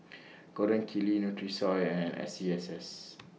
Gold Kili Nutrisoy and S C S S